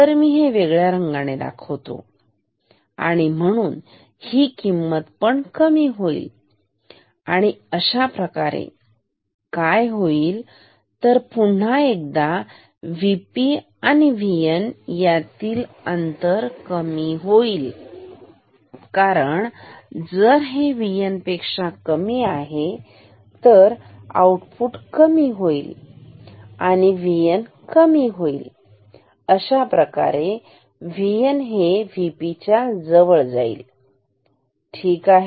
तरमी हे वेगळ्या रंगाने दाखवतो आणि म्हणून ही किंमत पण कमी होईल आणि अशाप्रकारे काय होईल तर पुन्हा एकदा VP आणि VN यातला फरक कमी होईल कारण जर हे VN पेक्षा कमी आहे मग आउटपुट कमी होईलVN कमी होईल आणि अशाप्रकारे VN हे VP च्या जवळ जाईल ठीक आहे